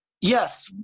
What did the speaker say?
Yes